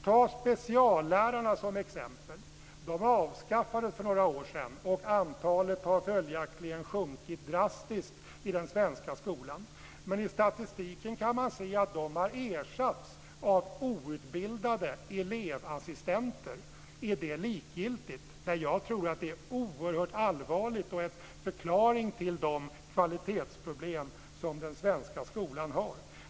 Ta speciallärarna som exempel. De avskaffades för några år sedan, och antalet har följaktligen sjunkit drastiskt i den svenska skolan. Men i statistiken kan man se att de har ersatts av outbildade elevassistenter. Är det likgiltigt? Nej, jag tror att det är oerhört allvarligt och en förklaring till de kvalitetsproblem som den svenska skolan har.